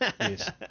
Yes